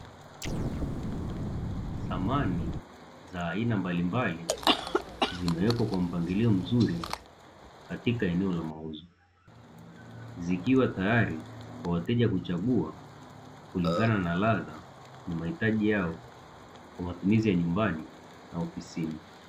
Samani za aina mbalimbali zimewekwa kwa mpangilio mzuri katika eneo la mauzo zikiwa tayari kwa wateja kuchagua kulingana na radha na mahitaji yao kwa matumizi ya nyumbani na ofisini.